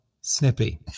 snippy